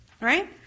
right